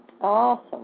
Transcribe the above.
Awesome